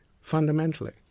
fundamentally